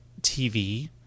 TV